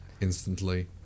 instantly